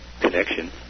connection